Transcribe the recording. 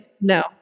no